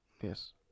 Yes